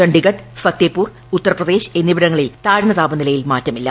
ചണ്ഡിഗഢ് പ ഫത്തേപൂർ ഉത്തർപ്രദേശ്ച് ്എന്നിവിടങ്ങളിൽ താഴ്ന്ന താപനിലയിൽ മാറ്റമില്ല